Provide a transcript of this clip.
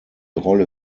rolle